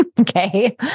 okay